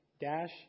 dash